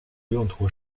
用途